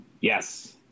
Yes